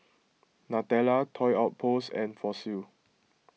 Nutella Toy Outpost and Fossil